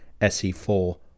SE4